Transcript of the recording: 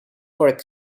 for